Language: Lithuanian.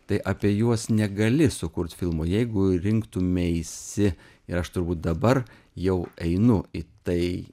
tai apie juos negali sukurt filmo jeigu rinktumeisi ir aš turbūt dabar jau einu į tai